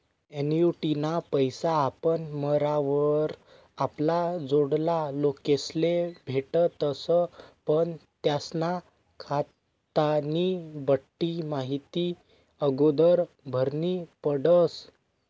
ॲन्युटीना पैसा आपण मरावर आपला जोडला लोकेस्ले भेटतस पण त्यास्ना खातानी बठ्ठी माहिती आगोदर भरनी पडस